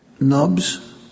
Nubs